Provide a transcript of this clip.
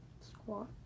Squat